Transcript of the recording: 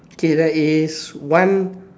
k there one